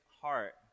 heart